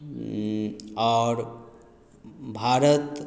आओर भारत